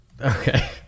Okay